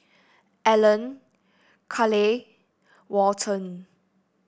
Alan Carleigh Walton